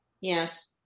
Yes